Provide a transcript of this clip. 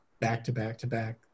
back-to-back-to-back